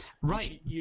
Right